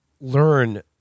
learn